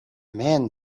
man